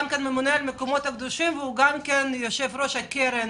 גם הממונה על המקומות הקדושים וגם יושב-ראש הקרן